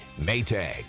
Maytag